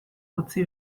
utzi